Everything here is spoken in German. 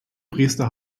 priester